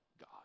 God